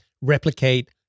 Replicate